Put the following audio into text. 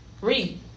Read